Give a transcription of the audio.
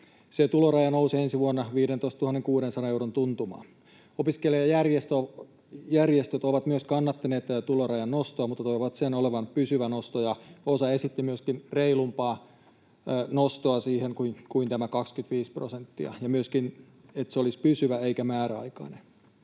Se tuloraja nousee ensi vuonna 15 600 euron tuntumaan. Myös opiskelijajärjestöt ovat kannattaneet tätä tulorajan nostoa, mutta toivovat sen olevan pysyvä nosto, ja osa esitti siihen myöskin reilumpaa nostoa kuin tämä 25 prosenttia ja myöskin sitä, että se olisi pysyvä eikä määräaikainen.